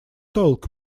talk